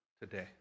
today